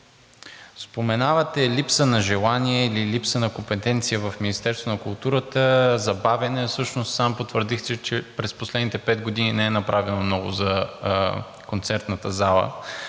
Споменавате липса на желание или липса на компетенция в Министерството на културата, забавяне. Всъщност сам потвърдихте, че през последните пет години не е направено много за Концертната зала